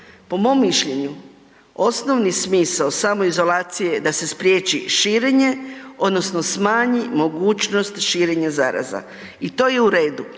Po mom mišljenju osnovni smisao samoizolacije sa se spriječi širenje odnosno smanji mogućnost širenja zaraza. I to je u redu,